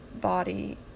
body